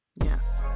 Yes